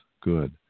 good